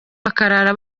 bakarara